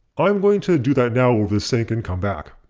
i'm going to do that now over the sink and come back.